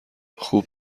خوب